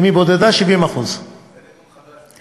אם היא בודדה, 70%. זה נתון חדש בשבילי.